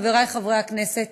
חברי חברי הכנסת,